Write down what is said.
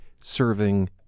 serving